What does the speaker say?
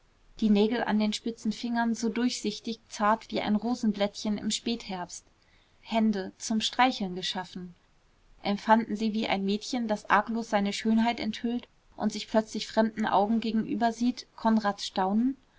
die nägel an den spitzen fingern so durchsichtig zart wie ein rosenblättchen im spätherbst hände zum streicheln geschaffen empfanden sie wie ein mädchen das arglos seine schönheit enthüllt und sich plötzlich fremden augen gegenüber sieht konrads staunen